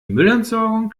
müllentsorgung